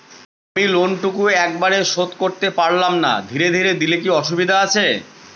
আমি লোনটুকু একবারে শোধ করতে পেলাম না ধীরে ধীরে দিলে কি অসুবিধে আছে?